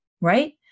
right